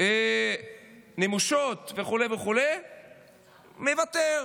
נמושות וכו' וכו', מוותר.